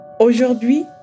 Aujourd'hui